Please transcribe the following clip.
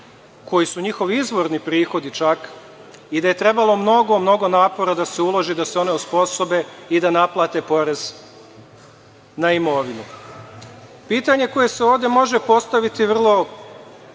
koji su njihovi izvorni prihodi, čak, i da je trebalo mnogo, mnogo napora da se uloži da se one osposobe i da naplate porez na imovinu. Pitanje koje se ovde može postaviti iz